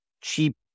cheap